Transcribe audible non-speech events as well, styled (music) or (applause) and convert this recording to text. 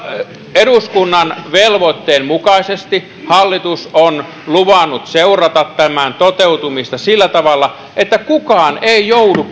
eduskunnan velvoitteen mukaisesti hallitus on luvannut seurata tämän toteutumista sillä tavalla että kukaan ei joudu (unintelligible)